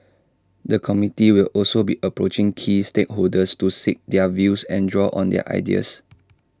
the committee will also be approaching key stakeholders to seek their views and draw on their ideas